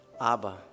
Abba